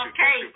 Okay